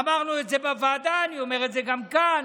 אמרנו את זה בוועדה, אני אומר את זה גם כאן.